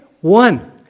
One